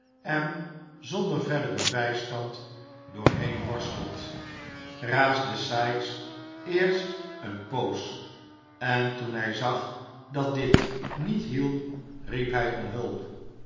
en zonder verderen bijstand doorheen worstelt raasde sikes eerst eene poos en toen hij zag dat dit niet hielp riep hij om hulp